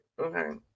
okay